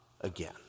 again